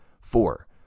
Four